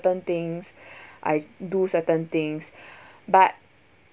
things I do certain things but